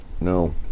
No